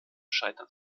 scheitern